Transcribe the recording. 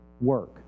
work